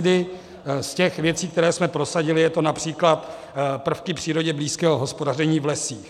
Z těch věcí, které jsme prosadili, jsou to například prvky přírodě blízkého hospodaření v lesích.